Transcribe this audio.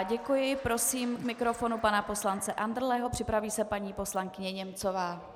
Děkuji, prosím k mikrofonu pana poslance Andrleho, připraví se paní poslankyně Němcová.